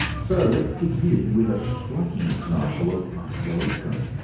so let's begin with a striking example of isolation.